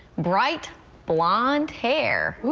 bright blond hair.